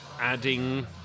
adding